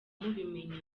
mubimenya